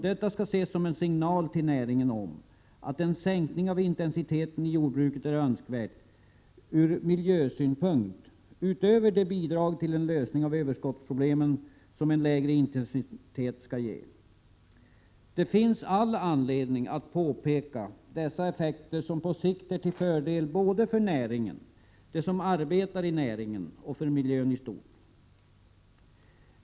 Detta skall ses som en signal till näringen om att en sänkning av intensiteten i jordbruket är önskvärd även ur miljösynpunkt och alltså inte bara utgör ett bidrag till en lösning av överskottsproblemen. Det finns all anledning att påpeka dessa effekter, vilka på sikt är till fördel både för näringen, de som arbetar i näringen och miljön i stort.